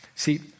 See